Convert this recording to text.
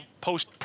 post